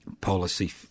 policy